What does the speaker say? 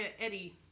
Eddie